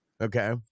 Okay